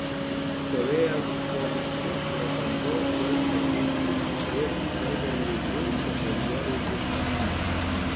stovėjo po medžiu prabangaus golfo aikštyno ir beverli hilso dangoraižių fone